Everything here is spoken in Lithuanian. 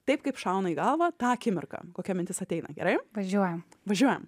taip kaip šauna į galvą tą akimirką kokia mintis ateina gerai važiuojam važiuojam